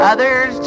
Others